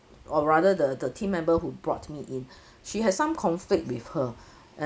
or rather the the team member who brought me in she has some conflict with her